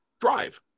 drive